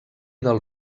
del